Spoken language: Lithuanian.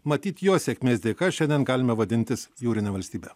matyt jo sėkmės dėka šiandien galime vadintis jūrine valstybe